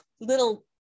little